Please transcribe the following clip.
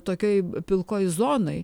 tokioj pilkoj zonoj